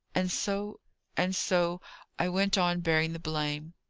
and so and so i went on bearing the blame.